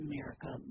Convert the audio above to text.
America